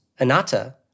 anatta